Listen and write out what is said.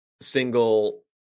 single